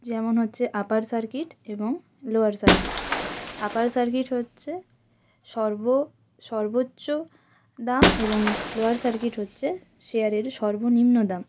যেমন হচ্চে upper circuit এবং লোয়ার সার্কিট আপার সার্কিট হচ্ছে সর্ব সর্বোচ্চ দাম এবং লোয়ার সার্কিট হচ্ছে শেয়ারের সর্বনিম্ন দাম